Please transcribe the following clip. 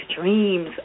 dreams